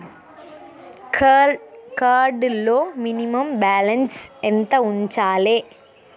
Card లో minimum balance ఎంత ఉంచాలే?